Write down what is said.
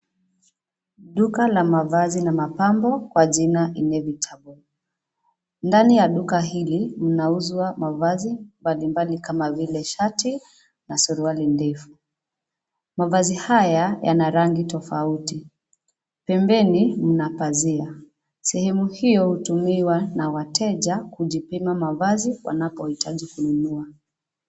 Duka la mavazi na mapambo kwa jina Inevitable , ndani ya duka hili, mnauzwa mavazi, mbalimbali kama vile shati, na suruali ndefu, mavazi haya yana rangi tofauti, pembeni mna pazia, sehemu hio hutumiwa na wateja kujipima mavazi wanapohitaji kununua.